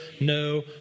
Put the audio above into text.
no